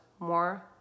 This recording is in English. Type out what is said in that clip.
More